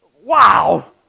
wow